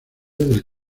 del